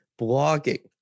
blogging